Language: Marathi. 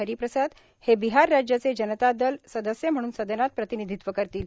हरिप्रसाद हे बिहार राज्याचे जनता दल सदस्य म्हणून सदनात प्रतिनिधीत्व करतील